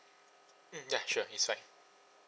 mm ya sure it's fine